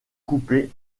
coupé